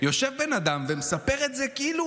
יושב בן אדם ומספר את זה כאילו